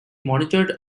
monitored